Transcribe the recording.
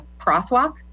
crosswalk